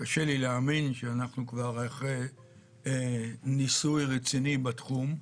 קשה לי להאמין שאנחנו כבר אחרי ניסוי רציני בתחום.